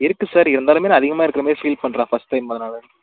இருக்குது சார் இருந்தாலுமே நான் அதிகமாக இருக்கிற மாரி ஃபீல் பண்ணுறேன் ஃபஸ்ட் டைம் அதனால்